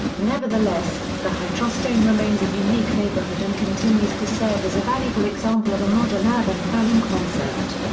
nevertheless, the hydrostone remains a unique neighbourhood and continues to serve as a valuable example of a modern urban-planning concept.